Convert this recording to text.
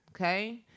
Okay